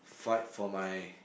fight for my